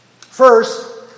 First